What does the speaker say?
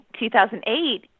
2008